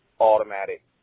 automatic